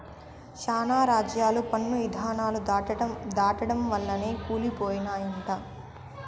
శానా రాజ్యాలు పన్ను ఇధానాలు దాటడం వల్లనే కూలి పోయినయంట